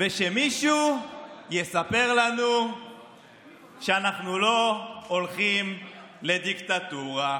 ושמישהו יספר לנו שאנחנו לא הולכים לדיקטטורה.